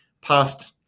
past